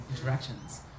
interactions